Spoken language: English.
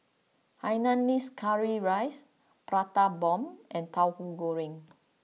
Hainanese Curry Rice Prata Bomb and Tauhu Goreng